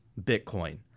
Bitcoin